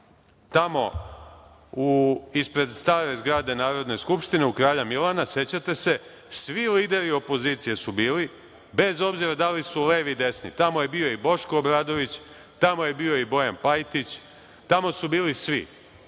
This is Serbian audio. tamo ispred stare zgrade Narodne skupštine u Kralja Milana, sećate se, svi lideri opozicije su bili, bez obzira da li su levi ili desni, tamo je bio i Boško Obradović, tamo je bio i Bojan Pajtić, tamo su bili svi,